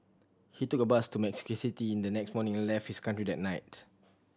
he took a bus to Mexico City in the next morning and left his country that night